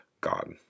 God